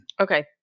Okay